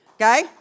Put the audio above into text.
Okay